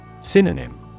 Synonym